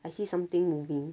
I see something moving